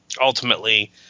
ultimately